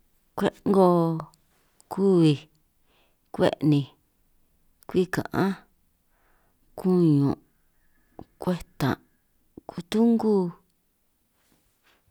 Kwe'ngo, kuhuij, kwe'ninj, kwi ka'anj, kuñun', kwetan', kutungu.